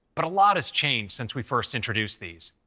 but a lot has changed since we first introduced these.